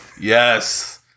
Yes